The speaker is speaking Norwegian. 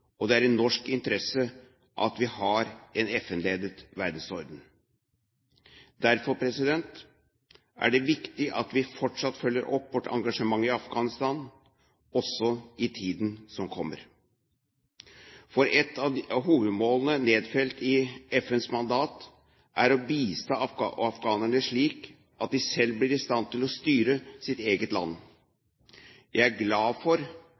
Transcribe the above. og det er i norsk interesse at vi har en FN-ledet verdensorden. Derfor er det viktig at vi fortsatt følger opp vårt engasjement i Afghanistan også i tiden som kommer. For et av hovedmålene nedfelt i FNs mandat er å bistå afghanerne slik at de selv blir i stand til å styre sitt eget land. Jeg er glad for